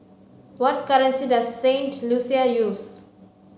what currency does Saint Lucia use